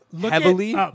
Heavily